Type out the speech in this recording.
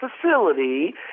facility